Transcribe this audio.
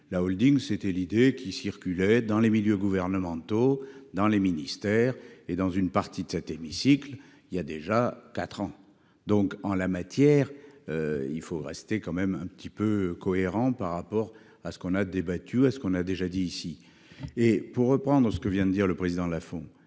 la Holding, c'était l'idée qui circulait dans les milieux gouvernementaux dans les ministères et dans une partie de cet hémicycle il y a déjà 4 ans. Donc en la matière. Il faut rester quand même un petit peu cohérent par rapport à ce qu'on a débattu, est ce qu'on a déjà dit ici et pour reprendre ce que vient de dire le président la font.